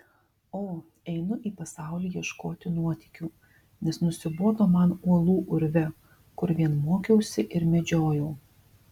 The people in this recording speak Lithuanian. o einu į pasaulį ieškoti nuotykių nes nusibodo man uolų urve kur vien mokiausi ir medžiojau